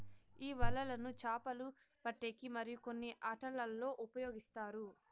ఈ వలలను చాపలు పట్టేకి మరియు కొన్ని ఆటలల్లో ఉపయోగిస్తారు